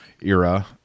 era